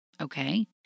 okay